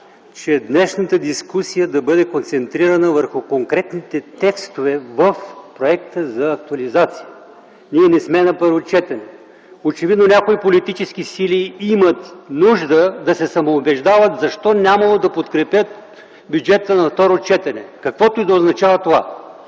че днешната дискусия да бъде концентрирана върху конкретните текстове в проекта за актуализация. Ние не сме на първо четене. Очевидно някои политически сили имат нужда да се самоубеждават защо няма да подкрепят бюджета на второ четене, каквото и да означава това